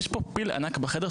יש פה פיל ענק בחדר,